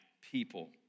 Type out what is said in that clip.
people